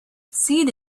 seed